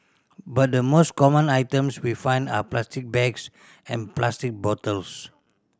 but the most common items we find are plastic bags and plastic bottles